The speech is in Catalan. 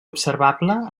observable